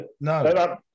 No